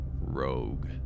Rogue